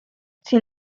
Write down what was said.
sin